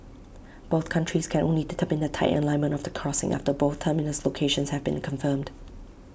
both countries can only determine the type and alignment of the crossing after both terminus locations have been confirmed